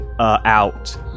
Out